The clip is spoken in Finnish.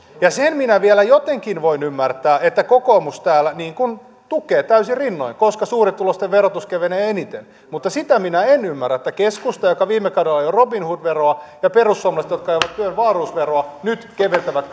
ja sen minä vielä jotenkin voin ymmärtää että kokoomus täällä tukee täysin rinnoin koska suurituloisten verotus kevenee eniten mutta sitä minä en ymmärrä että keskusta joka viime kaudella ajoi robinhood veroa ja perussuomalaiset jotka ajoivat wahlroos veroa nyt keventävät